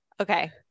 okay